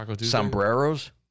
sombreros